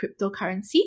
cryptocurrency